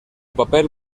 papel